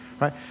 Right